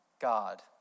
God